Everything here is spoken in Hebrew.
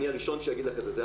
אני הראשון שאגיד לך את זה.